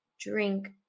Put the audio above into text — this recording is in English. drink